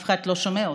אף אחד לא שומע אותי,